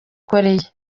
koreya